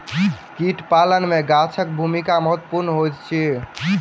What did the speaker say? कीट पालन मे गाछक भूमिका महत्वपूर्ण होइत अछि